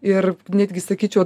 ir netgi sakyčiau